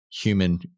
human